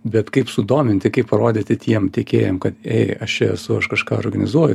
bet kaip sudominti kaip parodyti tiem tiekėjam kad ei aš čia esu aš kažką organizuoju